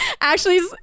Ashley's